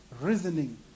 reasoning